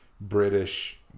British